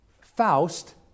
Faust